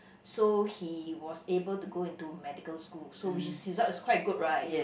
so he was able to go into medical school so which is his result was quite good right